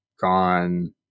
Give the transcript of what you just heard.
gone